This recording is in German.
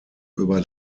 über